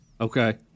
okay